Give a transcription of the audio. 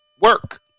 work